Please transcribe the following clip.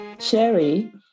Sherry